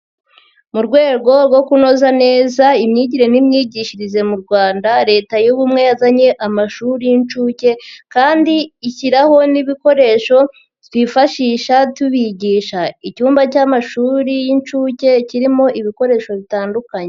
Mu rwego rwo kunoza neza imyigire n'imyigishirize mu Rwanda, Leta y'ubumwe yazanye amashuri y'inshuke, kandi ishyiraho n'ibikoresho twifashisha tubigisha. Icyumba cy'amashuri y'inshuke kirimo ibikoresho bitandukanye.